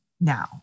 now